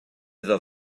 iddo